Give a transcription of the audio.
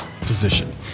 position